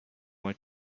like